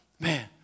Man